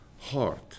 heart